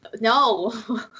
No